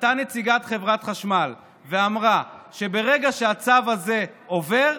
עלתה נציגת חברת חשמל ואמרה שברגע שהצו הזה עובר,